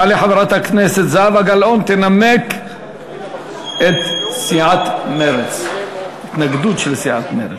תעלה חברת הכנסת זהבה גלאון ותנמק את ההתנגדות של סיעת מרצ.